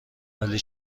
ولی